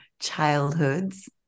childhoods